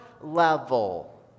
level